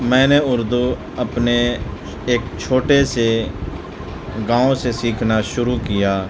میں نے اردو اپنے ایک چھوٹے سے گاؤں سے سیکھنا شروع کیا